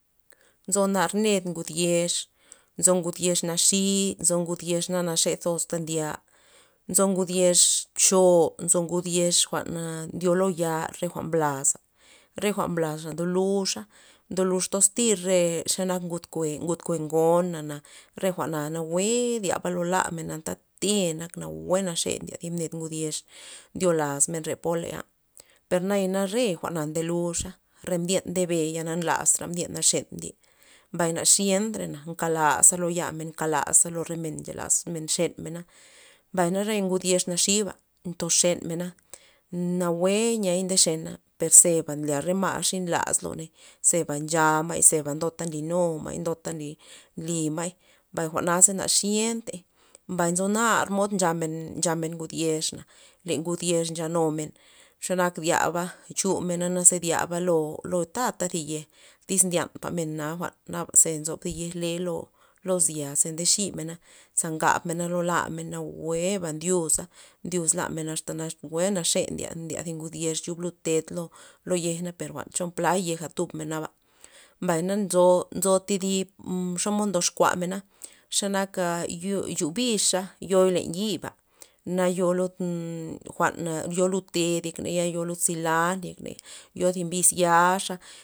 Nzo nar ned ngud yex nzo gud yex naxi nzo ngud yex na na xe tozta ndyea, nzo ngud yex bcho nzo ngud yex jwa'n na ndyo lo ya' re jwa'n mblaza, re jwa'n mblaza ndo luxa ndolux toz tir re e xenak ngud kue', ngud kue ngona na re jwa'na nawue ndyaba lo lamen anta te nak nawue naxe ndye thi ned ngud yex ndyo laz men pola, per naya na re jwa'na ndoluxa, re mdyen ndebe ya na na lastra mdyena xen mdyen, mbay na xientrey na nkalazana ze lo yamen nkalaza lo re men nxelas xenmena, mbay na re ngud yex naxiba nto xenmena nawue niay nde xena per ze nlya re ma' ya xinlaz loney zeba ncha ma'y zeba ndota nly nu ma'y o ndota nly- nly ma'y, mbay jwa'na za na xientey, mbay nzo nar mod nchamena nchamen ngud yex na le ngus ncha numen xe nak dyaba chu mena ze dyaba lo- lo ta thi yej, tyz ndyapa men naba na ze nzo thi yej le lozya ze nde ximena za ngabmena lo lamen ze nawueba ndyuza ndyuz lamen asta nawue naxe naxe ndye gud yex chub lud ted lo yej na per na cho pla yeja tubmena naba, mbay na nzo- nzo thi thib xomod ndoxkua mena xe nak naka chu bixa yoi' len yiba' na yo lud jwa'na yo lud teda' yek ney yo lud silant yek ney yo thi mbis yaxa.